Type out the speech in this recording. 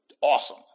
awesome